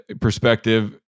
perspective